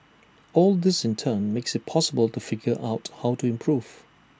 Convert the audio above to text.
all this in turn makes IT possible to figure out how to improve